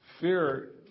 fear